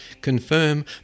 confirm